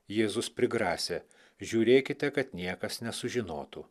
jėzus prigrasė žiūrėkite kad niekas nesužinotų